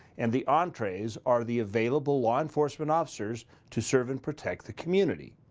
and the entrees are the available law enforcement officers to serve and protect the community.